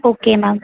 okay ma'am